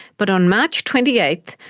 but on march twenty eighth,